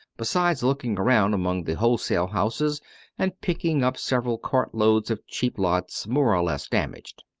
besides looking around among the wholesale houses and picking up several cart-loads of cheap lots, more or less damaged.